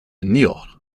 niort